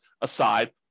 aside